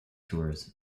tours